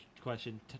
question